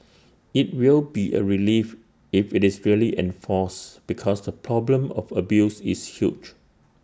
IT will be A relief if IT is really enforced because the problem of abuse is huge